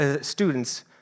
students